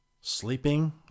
sleeping